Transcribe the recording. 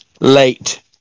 late